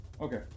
Okay